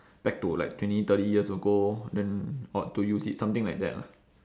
back to like twenty thirty years ago then ought to use it something like that lah